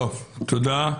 תודה.